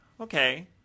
Okay